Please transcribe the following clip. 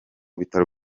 bitaro